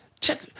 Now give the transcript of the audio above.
Check